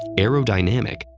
aerodynamic,